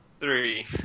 Three